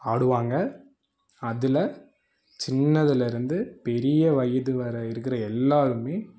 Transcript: ஆடுவாங்க அதுல சின்னதிலருந்து பெரிய வயது வரை இருக்கிற எல்லோருமே